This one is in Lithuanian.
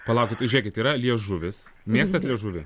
palaukit žiūrėkit yra liežuvis mėgstat liežuvį